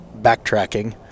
backtracking